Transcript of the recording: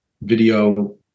video